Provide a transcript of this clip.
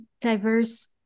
diverse